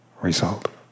result